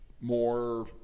more